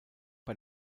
bei